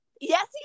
Yes